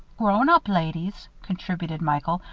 grown-up ladies, contributed michael,